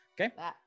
Okay